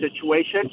situation